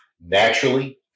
naturally